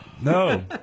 No